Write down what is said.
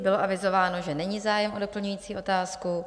Bylo avizováno, že není zájem o doplňující otázku.